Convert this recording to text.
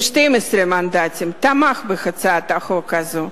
עם 12 מנדטים, תמך בהצעת החוק הזאת.